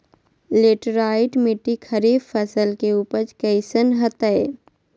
Laterite मिट्टी खरीफ फसल के उपज कईसन हतय?